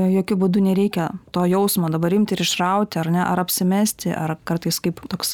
jokiu būdu nereikia to jausmo dabar imti ir išrauti ar ne ar apsimesti ar kartais kaip toks